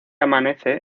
amanece